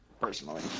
personally